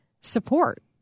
support